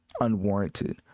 unwarranted